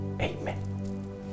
Amen